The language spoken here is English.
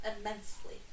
immensely